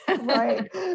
Right